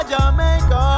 Jamaica